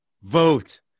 Vote